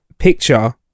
picture